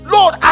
Lord